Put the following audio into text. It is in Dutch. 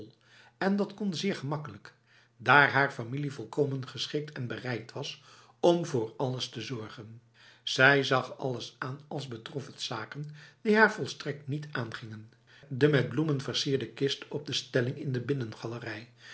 en dat kon zeer gemakkelijk daar haar familie volkomen geschikt en bereid was om voor alles te zorgen zij zag alles aan als betrof het zaken die haar volstrekt niet aangingen de met bloemen versierde kist op een stelling in de